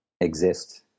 exist